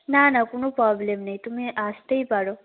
না না কোনো প্রবলেম নেই তুমি আসতেই পারো